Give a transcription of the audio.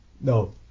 No